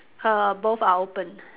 uh both are open